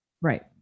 Right